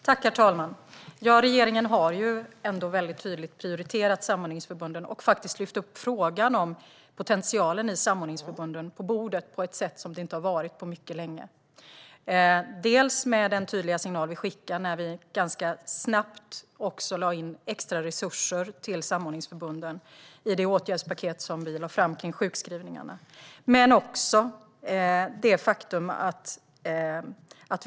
Herr talman! Regeringen har ändå tydligt prioriterat samordningsförbunden och lyft upp frågan om potentialen i dem på bordet på ett sätt som de inte har varit på mycket länge. Vi skickade en tydlig signal när vi ganska snabbt lade in extraresurser till samordningsförbunden i det åtgärdspaket som vi lade fram när det gällde sjukskrivningarna.